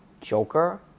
Joker